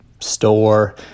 store